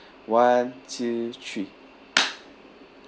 one two three